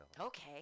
Okay